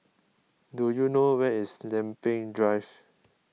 do you know where is Lempeng Drive